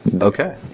Okay